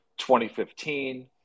2015